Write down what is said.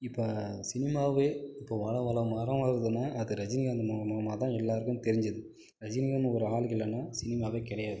இப்போது சினிமாவே இப்போது வலம் வரம் வலம் வருதுன்னா அது ரஜினிகாந்த் மூலியமாக தான் எல்லோருக்கும் தெரிஞ்சுது ரஜினிகாந்த் ஒரு ஆள் இல்லைனா சினிமாவே கிடையாது